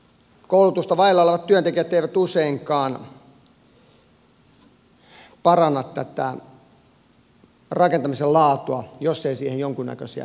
koulutusta vailla olevat työntekijät eivät useinkaan paranna rakentamisen laatua jos ei siihen jonkunnäköisiä säädöksiä lisää tehdä